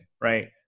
right